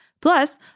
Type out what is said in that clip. Plus